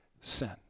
sin